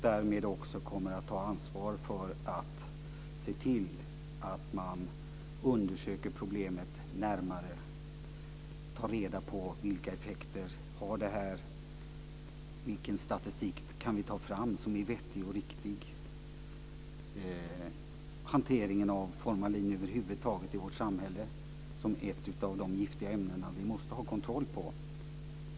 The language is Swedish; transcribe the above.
Därmed kommer han också att ta ansvar för att se till att man undersöker problemet närmare, tar reda på vilka effekter det har och vilken statistik man kan ta fram som är vettig och riktig. Det gäller hanteringen av formalin över huvud taget i vårt samhälle. Det är ett av de giftiga ämnen som vi måste ha kontroll på.